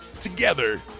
Together